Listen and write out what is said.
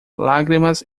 lágrimas